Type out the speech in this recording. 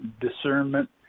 discernment